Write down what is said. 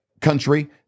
country